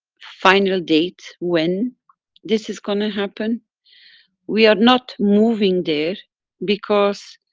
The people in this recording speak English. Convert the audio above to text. final date when this is going to happen we are not moving there because